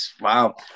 Wow